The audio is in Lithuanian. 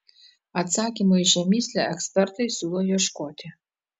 atsakymo į šią mįslę ekspertai siūlo ieškoti